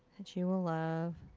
that you will love.